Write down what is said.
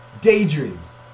daydreams